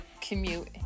commute